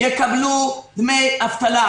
יקבלו דמי אבטלה.